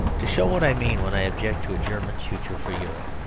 to show what i mean when i object to a german future for europe.